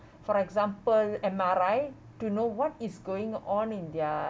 for example M_R_I to know what is going on in their